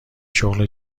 شغل